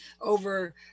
over